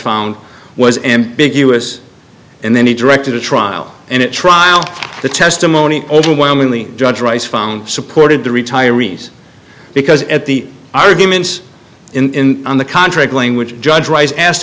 found was ambiguous and then he directed a trial and it trial the testimony overwhelmingly judge rice found supported the retirees because at the arguments in on the contract language judge rice asked